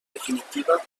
definitiva